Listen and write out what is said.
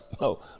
No